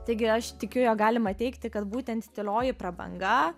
taigi aš tikiu jog galima teigti kad būtent tylioji prabanga